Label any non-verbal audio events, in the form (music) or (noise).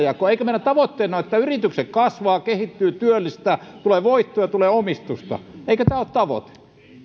(unintelligible) jako eikö meidän tavoitteenamme ole että yritykset kasvavat kehittyvät työllistävät tulee voittoja tulee omistusta eikö tämä ole tavoite